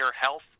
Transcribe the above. Health